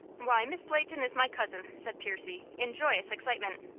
why, miss leighton is my cousin, said percy, in joyous excitement.